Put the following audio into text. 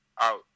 out